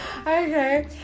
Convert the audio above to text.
Okay